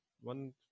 one